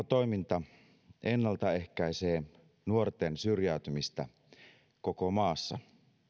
toiminta ennaltaehkäisee nuorten syrjäytymistä koko maassa